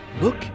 look